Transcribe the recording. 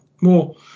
more